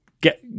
get